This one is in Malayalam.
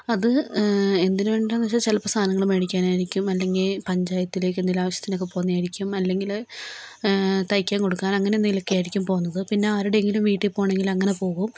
അത് എന്തിനുവേണ്ടീട്ടാന്നു വെച്ചാൽ ചിലപ്പോൾ സാധനങ്ങൾ മേടിക്കാനായിരിക്കും അല്ലെങ്കിൽ പഞ്ചായത്തിലേക്ക് എന്തേലും ആവശ്യത്തിനൊക്കെ പോകുന്നയായിരിക്കും അല്ലെങ്കില് തയ്ക്കാൻ കൊടുക്കാൻ അങ്ങനെ എന്തെങ്കിലുമൊക്കെ ആയിരിക്കും പോന്നത് പിന്നെ ആരുടെയെങ്കിലും വീട്ടിൽ പോകണമെങ്കിൽ അങ്ങനെ പോകും